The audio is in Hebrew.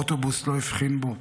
אוטובוס לא הבחין בו,